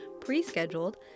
pre-scheduled